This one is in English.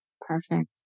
Perfect